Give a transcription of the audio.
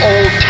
Old